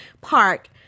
park